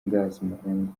umuhungu